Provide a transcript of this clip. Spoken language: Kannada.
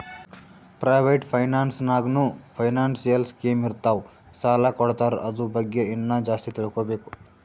ಪ್ರೈವೇಟ್ ಫೈನಾನ್ಸ್ ನಾಗ್ನೂ ಫೈನಾನ್ಸಿಯಲ್ ಸ್ಕೀಮ್ ಇರ್ತಾವ್ ಸಾಲ ಕೊಡ್ತಾರ ಅದುರ್ ಬಗ್ಗೆ ಇನ್ನಾ ಜಾಸ್ತಿ ತಿಳ್ಕೋಬೇಕು